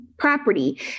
property